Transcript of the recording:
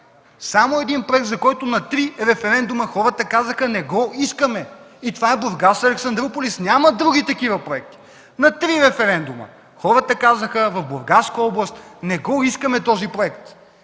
само един проект, за който на три референдума хората казаха: „Не го искаме!”, и това е „Бургас – Александруполис”. Няма други такива проекти. На три референдума хората в Бургаска област казаха: „Не го искаме този проект!”